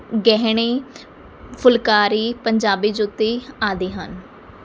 ਗਹਿਣੇ ਫੁਲਕਾਰੀ ਪੰਜਾਬੀ ਜੁੱਤੀ ਆਦਿ ਹਨ